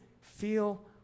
feel